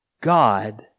God